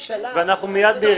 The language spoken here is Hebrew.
ואנחנו מיד נראה את זה.